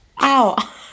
Ow